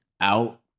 out